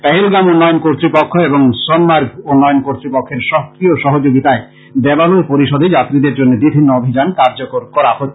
পেহেলগাম উন্নয়ন কতৃপক্ষ এবং সোনমার্গ উন্নয়ন কতৃপক্ষের সক্রীয় সহযোগিতায় দেবালয় পরিষদে যত্রীদের জন্য বিভিন্ন অভিযান কার্যকর করা হচ্ছে